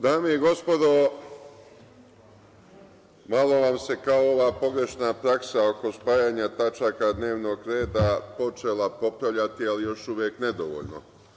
Dame i gospodo, malo vam se, kao, ova pogrešna praksa oko spajanja tačaka dnevnog reda počela popravljati, ali još uvek nedovoljno.